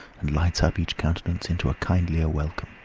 and lights up each countenance into a kindlier welcome.